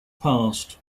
passed